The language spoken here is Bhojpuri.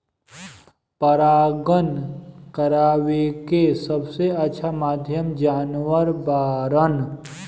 परागण करावेके सबसे अच्छा माध्यम जानवर बाड़न